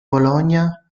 bologna